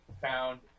found